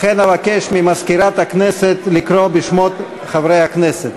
לכן אבקש ממזכירת הכנסת לקרוא בשמות חברי הכנסת.